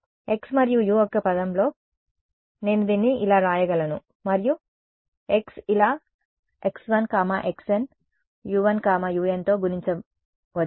x మరియు u యొక్క పదంలో నేను దీన్ని ఇలా వ్రాయగలను మరియు x ఇలా x1 xn u1 un తో గుణించవచ్చు